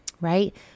right